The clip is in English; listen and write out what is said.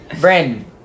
Brandon